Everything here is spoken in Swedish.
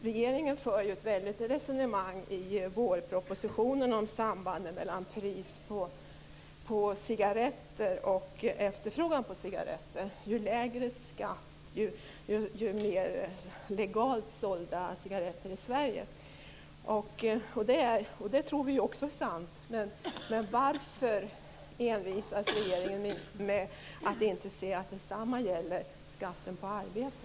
Regeringen för ett väldigt resonemang i vårpropositionen om sambandet mellan pris och efterfrågan på cigaretter. Ju lägre skatt, desto fler legalt sålda cigaretter i Sverige. Det tror vi också är sant. Men varför envisas regeringen med att inte se att detsamma gäller skatten på arbete?